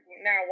now